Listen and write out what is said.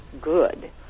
good